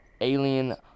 Alien